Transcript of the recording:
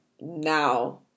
now